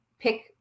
pick